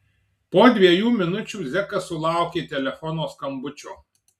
po dviejų minučių zekas sulaukė telefono skambučio